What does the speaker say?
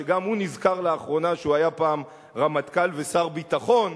שגם הוא נזכר לאחרונה שהוא היה פעם רמטכ"ל ושר ביטחון,